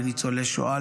לניצולי שואה,